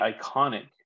iconic